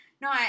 No